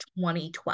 2012